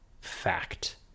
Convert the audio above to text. fact